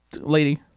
Lady